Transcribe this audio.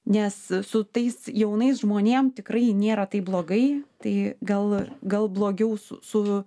nes su tais jaunais žmonėm tikrai nėra taip blogai tai gal gal blogiau su